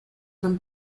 from